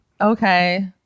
Okay